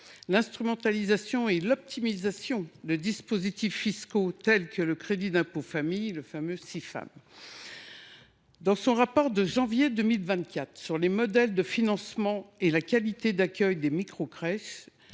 l’instrumentalisation et l’optimisation de dispositifs fiscaux tels que le crédit d’impôt famille, le fameux Cifam. Dans son rapport de janvier 2024 sur les modèles de financement et la qualité d’accueil des microcrèches,